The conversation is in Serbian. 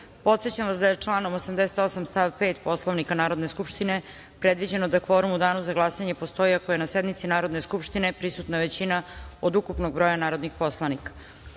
vas da je članom 88. stav 5. Poslovnika Narodne skupštine predviđeno da kvorum u danu za glasanje postoji ako je na sednici Narodne skupštine prisutna većina od ukupnog broja narodnih poslanika. Radi